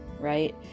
right